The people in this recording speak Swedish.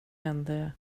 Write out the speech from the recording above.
hände